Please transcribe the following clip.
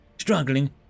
struggling